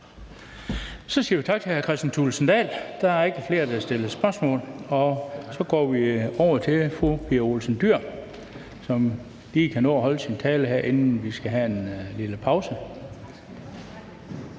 Så siger vi tak til hr. Kristian Thulesen Dahl. Der er ikke flere, der vil stille spørgsmål, og så går vi over til fru Pia Olsen Dyhr, som lige kan nå at holde sin tale, inden vi skal have en lille pause